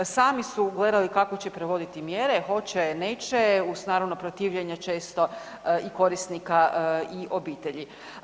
Sami su gledali kako će provoditi mjere, hoće - neće uz naravno protivljenje često i korisnika i obitelji.